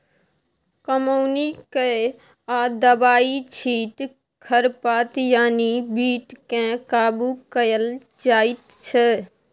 कमौनी कए या दबाइ छीट खरपात यानी बीड केँ काबु कएल जाइत छै